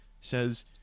Says